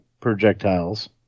projectiles